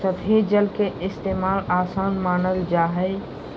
सतही जल के इस्तेमाल, आसान मानल जा हय